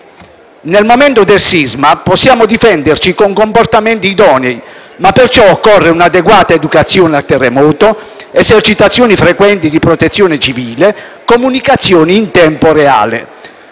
Nel momento del sisma possiamo difenderci con comportamenti idonei, ma per fare ciò occorre un'adeguata educazione al terremoto, esercitazioni frequenti di protezione civile e comunicazioni in tempo reale.